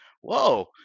whoa